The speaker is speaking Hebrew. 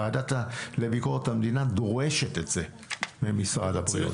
הוועדה לביקורת המדינה דורשת את זה ממשרד הבריאות.